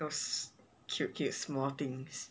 those cute cute small things